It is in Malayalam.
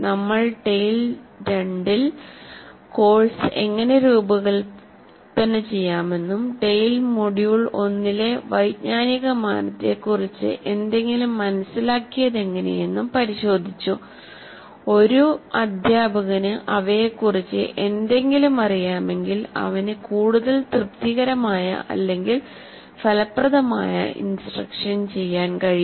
നമ്മൾ TALE 2യിൽ കോഴ്സ് എങ്ങനെ രൂപകൽപ്പന ചെയ്യാമെന്നും TALE മൊഡ്യൂൾ 1 ലെ വൈജ്ഞാനിക മാനത്തെക്കുറിച്ച് എന്തെങ്കിലും മനസിലാക്കിയതെങ്ങനെയെന്നും പരിശോധിച്ചു ഒരു അധ്യാപകന് ഇവയെക്കുറിച്ച് എന്തെങ്കിലും അറിയാമെങ്കിൽ അവന് കൂടുതൽ തൃപ്തികരമായ അല്ലെങ്കിൽ ഫലപ്രദമായ ഇൻസ്ട്രക്ഷൻ ചെയ്യാൻ കഴിയും